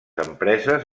empreses